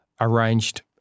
arranged